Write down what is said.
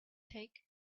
take